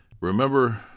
Remember